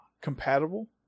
compatible